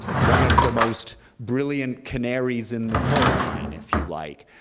one of the most brilliant canaries in the coal mine, if you like,